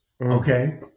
Okay